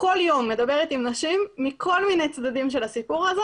כל יום מאז מרץ אני מדברת עם נשים מכל מיני צדדים של הסיפור הזה